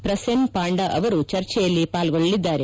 ಪ್ರಸೆನ್ ಪಾಂಡಾ ಅವರು ಚರ್ಚೆಯಲ್ಲಿ ಪಾಲ್ಗೊಳ್ಳಲಿದ್ದಾರೆ